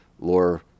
lore